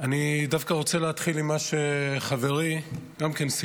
אני דווקא רוצה להתחיל עם מה שחברי סימון,